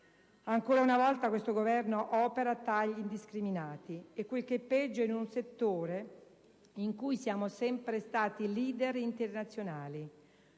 Ancora una volta questo Governo opera tagli indiscriminati e, quel che è peggio, in un settore in cui l'Italia è sempre stata *leader* internazionale.